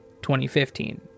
2015